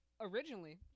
originally